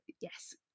yes